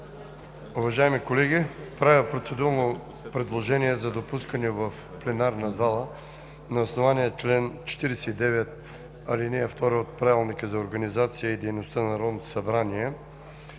Уважаеми колеги, правя процедурно предложение за допускане в пленарната зала на основание чл. 49, ал. 2 от Правилника за организацията и